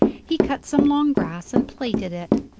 he cut some long grass and plaited it,